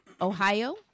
Ohio